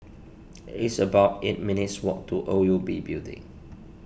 it's about eight minutes' walk to O U B Building